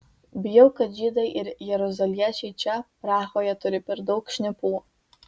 bijau kad žydai ir jeruzaliečiai čia prahoje turi per daug šnipų